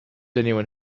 anyone